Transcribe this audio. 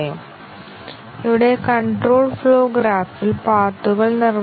അതിനാൽ നമുക്ക് p 1 മുതൽ p n വരെ ഉണ്ടെങ്കിൽ അത് ഒരു പാത്ത് ആണ്